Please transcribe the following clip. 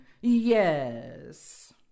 Yes